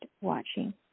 watching